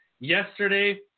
yesterday